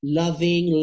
loving